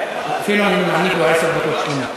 אפילו אני מעניק לו עשר דקות שלמות.